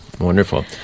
Wonderful